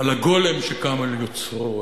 לגולם שקם על יוצרו?